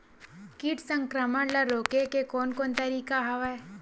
कीट संक्रमण ल रोके के कोन कोन तरीका हवय?